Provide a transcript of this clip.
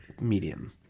medium